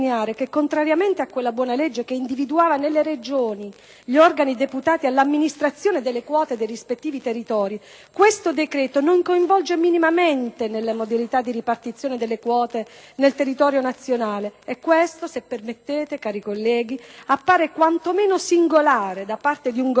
che, contrariamente a quella buona legge che individuava nelle Regioni gli organi deputati all'amministrazione delle quote dei rispettivi territori, questo decreto non le coinvolge minimamente nella modalità di ripartizione delle quote nel territorio nazionale; e questo, se permettete, cari colleghi, appare quantomeno singolare, da parte di un Governo,